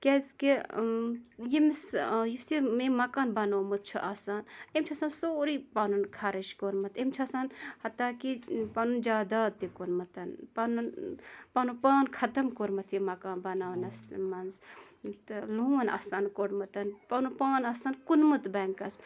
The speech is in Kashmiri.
کیٛازِ کہِ ییٚمِس یُس یہِ مَکانہٕ بَنوومُت چھُ آسان أمۍ چھُ آسان سورُے پَنُن خَرٕچ کوٚرمُت أمۍ چھُ آسان پتاہ کہِ پَنُن جاداد تہِ کٔنمُت پَنُن پَنُن پان خَتٕم کوٚرمُت یہِ مَکان بَناونس منٛز تہٕ لون آسان کوٚڑمُت پَنُن پان آسان کٔنمُت بینکَس